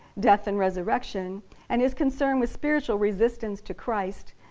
death and resurrection and is concerned with spiritual resistance to christ,